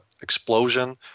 explosion